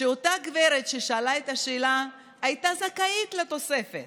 שאותה גברת ששאלה את השאלה הייתה זכאית לתוספת